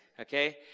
Okay